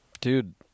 Dude